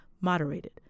moderated